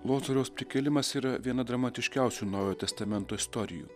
lozoriaus prikėlimas yra viena dramatiškiausių naujojo testamento istorijų